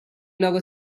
loro